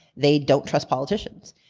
they don't trust politicians.